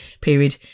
period